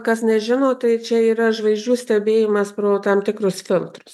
kas nežino tai čia yra žvaigždžių stebėjimas pro tam tikrus filtrus